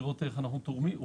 לראות איך אנחנו תורמים.